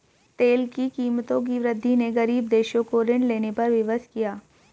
तेल की कीमतों की वृद्धि ने गरीब देशों को ऋण लेने पर विवश किया